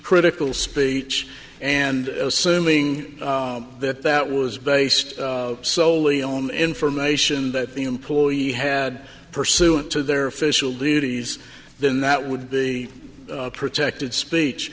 critical speech and assuming that that was based solely on information that the employee had pursuant to their official duties then that would be protected speech